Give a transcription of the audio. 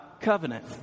covenant